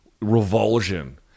revulsion